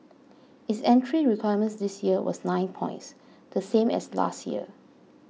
its entry requirement this year was nine points the same as last year